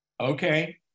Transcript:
Okay